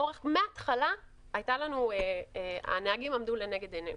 מההתחלה הנהגים עמדו לנגד עינינו.